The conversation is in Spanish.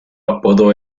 apodo